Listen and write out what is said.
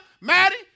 Maddie